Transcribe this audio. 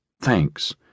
Thanks